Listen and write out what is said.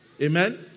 Amen